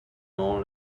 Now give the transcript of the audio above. nom